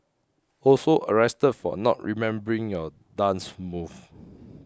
also arrested for not remembering your dance moves